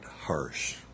harsh